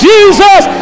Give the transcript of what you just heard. Jesus